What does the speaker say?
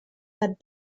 had